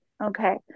okay